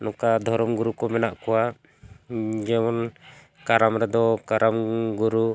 ᱱᱚᱝᱠᱟ ᱫᱷᱚᱨᱚᱢ ᱜᱩᱨᱩ ᱠᱚ ᱢᱮᱱᱟᱜ ᱠᱚᱣᱟ ᱡᱮᱢᱚᱱ ᱠᱟᱨᱟᱢ ᱨᱮᱫᱚ ᱠᱟᱨᱟᱢ ᱜᱩᱨᱩ